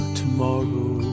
tomorrow